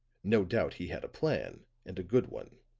no doubt he had a plan, and a good one.